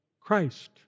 Christ